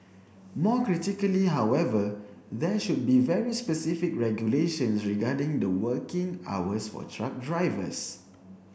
more critically however there should be very specific regulations regarding the working hours for truck drivers